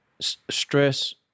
stress